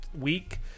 week